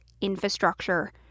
infrastructure